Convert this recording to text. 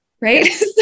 right